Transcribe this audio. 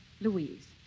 Louise